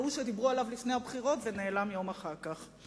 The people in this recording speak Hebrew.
ההוא שדיברו עליו לפני הבחירות ונעלם יום אחר כך.